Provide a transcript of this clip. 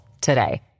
today